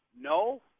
no